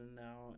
now